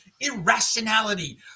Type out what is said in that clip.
irrationality